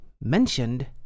mentioned